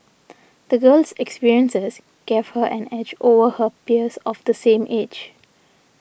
the girl's experiences gave her an edge over her peers of the same age